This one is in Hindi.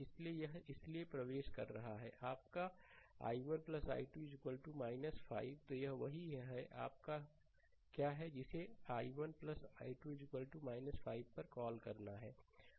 इसलिए यह इसलिए प्रवेश कर रहा है आपका i1 i2 5 तो यह वही है यह आपका क्या है जिसे i1 i2 5 पर कॉल करना है